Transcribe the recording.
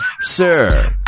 Sir